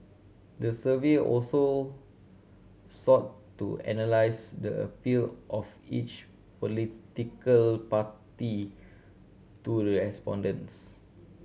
the survey also sought to analyse the appeal of each political party to the respondents